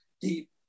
deep